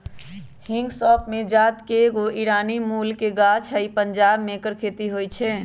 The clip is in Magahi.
हिंग सौफ़ कें जात के एगो ईरानी मूल के गाछ हइ पंजाब में ऐकर खेती होई छै